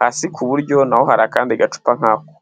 hasi ku buryo na ho hari akandi gacupa nk'ako.